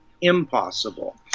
impossible